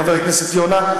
חבר הכנסת יונה,